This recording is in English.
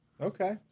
Okay